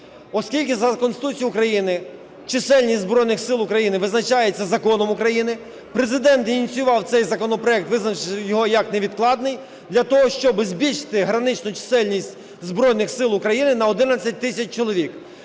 Оскільки за Конституцією України чисельність Збройних Сил України визначається Законом України, Президент ініціював цей законопроект, визначивши його як невідкладний для того, щоби збільшити граничну чисельність Збройних Сил України на 11 тисяч чоловік.